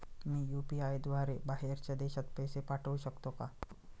मी UPI द्वारे बाहेरच्या देशात पैसे पाठवू शकतो का?